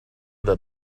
that